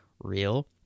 real